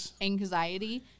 anxiety